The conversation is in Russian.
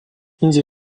индия